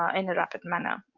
ah in a rapid manner